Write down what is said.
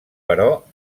però